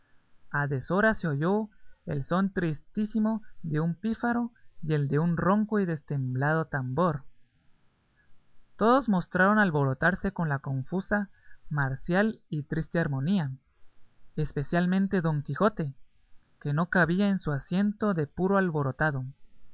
a deshora se oyó el son tristísimo de un pífaro y el de un ronco y destemplado tambor todos mostraron alborotarse con la confusa marcial y triste armonía especialmente don quijote que no cabía en su asiento de puro alborotado